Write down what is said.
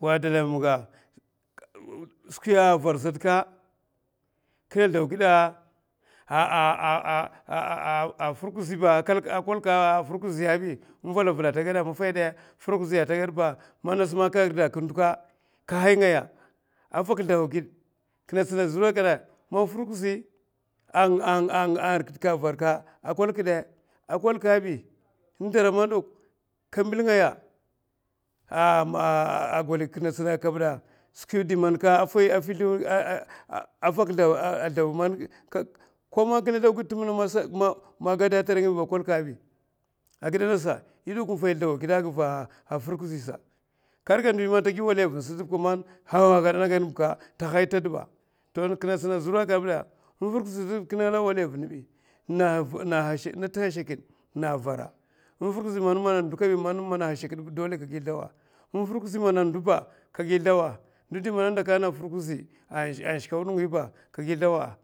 Wa dalai mamga skwiya var saka kina sldaw gida la, a, firkuziba a kolka firkuziyabi in vala, val a ata gada a maffai dai man nasa man ka nkda a ka ndou k aka hainga a vak sdawa gid kina tsina zura da kina zura kman firkuzi angan rikida ka a var ke a kwaldu a kwal kabi indara man dak ka mbil ngaya ko man kina sldaw gid tin mana mamasa a kwalkabi a gida nasa yidakwa in fai sldawa gida a gid firkuzi s aka rika ndi man ta gi wali a vin a firkuzisa karika ndi man tagi wali vin sat ba halaw ka aka gadan ahina dibba to kina tsina zura kabida infirkuzi sata kina go waliya vin bi intina hashakid in firkuzi man mona a hashakid ba dole ka gi sldaw in firkuzi mana ndou b aka gi sldawa ndou indi mana ndakaina a firkuzi a shkawda nguiba ka gi shdawa